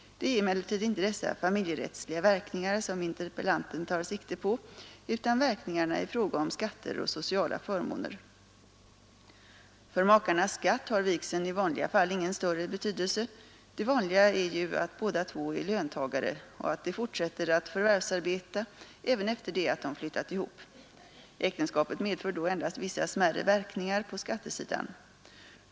Det är emellertid inte dessa familjerättsliga verkningar som interpellanten tar sikte på utan verkningarna i fråga om skatter och sociala förmåner. För makarnas skatt har vigseln i vanliga fall ingen större betydelse. Det vanliga är ju att båda två är löntagare och att de fortsätter att förvärvsarbeta även efter det att de flyttat ihop. Äktenskapet medför då endast vissa smärre verkningar på skattesidan.